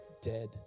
dead